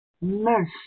mercy